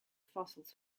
fossils